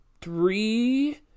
three